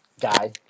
guy